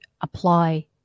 apply